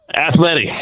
Athletic